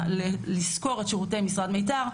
הם קיבלו אישור ממשרד המשפטים לשכור את שירותי משרד מיתר,